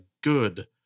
good